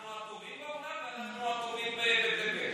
אנחנו הטובים בעולם ואנחנו הטובים בתבל.